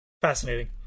Fascinating